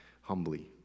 humbly